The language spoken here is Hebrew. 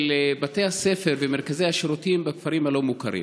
בתי הספר ומרכזי השירותים בכפרים הלא-מוכרים.